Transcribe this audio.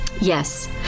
Yes